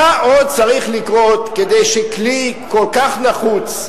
מה עוד צריך לקרות כדי שכלי כל כך נחוץ,